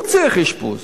הוא צריך אשפוז,